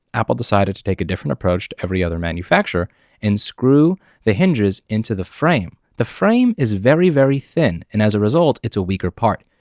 apple decided to take a different approach to every other manufacturer and screw the hinges into the frame. the frame is very, very thin and as a result it's a weaker part.